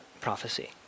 prophecy